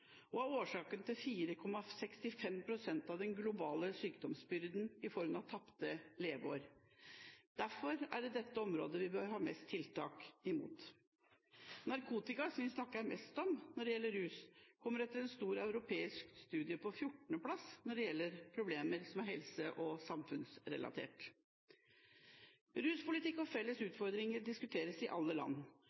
alkohol er årsaken til 4,65 pst. av den globale sykdomsbyrden i form av tapte leveår. Derfor er det på dette området vi bør sette inn flest mottiltak. Narkotika, som vi snakker mest om når det gjelder rus, kommer i en stor europeisk studie på 14. plass med hensyn til problemer som er helse- og samfunnsrelatert. Ruspolitikk og felles utfordringer diskuteres i alle land,